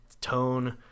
tone